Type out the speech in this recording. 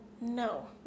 No